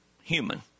human